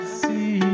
see